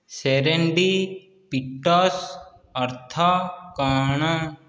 ସେରେଣ୍ଡିପିଟ୍ସ ଅର୍ଥ କ'ଣ